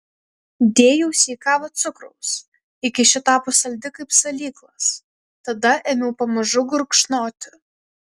dėjausi į kavą cukraus iki ši tapo saldi kaip salyklas tada ėmiau pamažu gurkšnoti